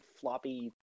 floppy